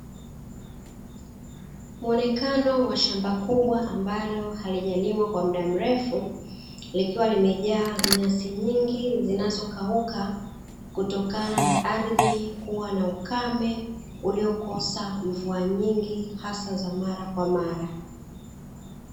Muonekano wa shamba kubwa ambalo halijalimwa kwa muda mrefu, likiwa limejaa nyasi nyingi zinazokauka, kutokana na ardhi kuwa na ukame, uliokosa mvua nyingi hasa za mara kwa mara.